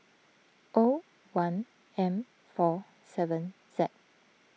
O one M four seven Z